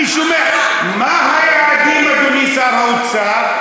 אני שומע, מה היעדים, אדוני שר האוצר?